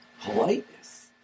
Politeness